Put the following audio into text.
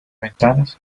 ventanas